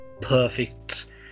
perfect